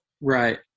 Right